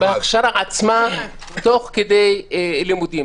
-- בהכשרה עצמה תוך כדי לימודים.